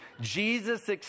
Jesus